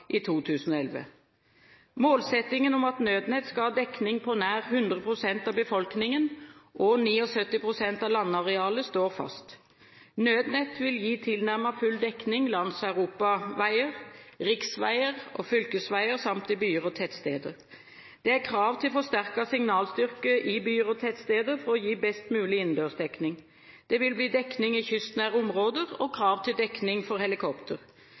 i 2011. Målsettingen om at Nødnett skal ha dekning på nær 100 pst. av befolkningen og 79 pst. av landarealet står fast. Nødnett vil gi tilnærmet full dekning langs europaveier, riksveier og fylkesveier samt i byer og tettsteder. Det er krav til forsterket signalstyrke i byer og tettsteder for å gi best mulig innendørsdekning. Det vil bli dekning i kystnære områder og krav til dekning for helikopter.